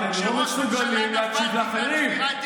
אתם לא מסוגלים להקשיב לאחרים.